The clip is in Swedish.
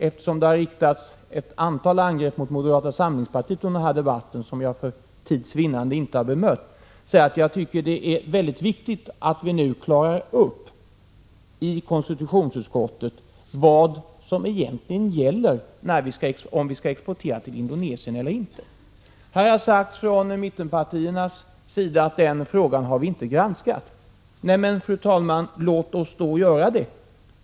Eftersom det under den här debatten riktats ett antal angrepp mot moderata samlingspartiet som jag för tids vinnande inte har bemött vill jag säga att jag tycker att det är viktigt att vi nu i konstitutionsutskottet klarar ut vad som egentligen gäller — om vi skall exportera till Indonesien eller inte. Här har från mittenpartiernas sida sagts att den frågan har vi inte granskat. Nej men, fru talman, låt oss då göra det!